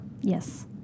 Yes